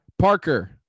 Parker